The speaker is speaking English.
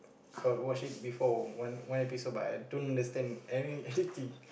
I watch it before one one episode but I don't understand any anything